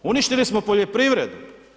Uništili smo poljoprivredu.